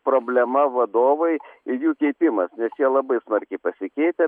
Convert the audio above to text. problema vadovai ir jų keitimas nes jie labai smarkiai pasikeitę